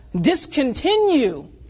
discontinue